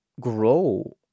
grow